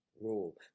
rule